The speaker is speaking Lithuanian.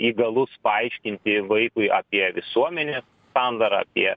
įgalus paaiškinti vaikui apie visuomenės sandarą apie